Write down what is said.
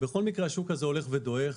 השוק הזה הולך ודועך,